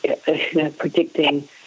predicting